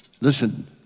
Listen